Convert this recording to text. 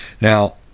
Now